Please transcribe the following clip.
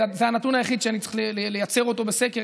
זה הנתון היחיד שאני צריך לייצר אותו בסקר,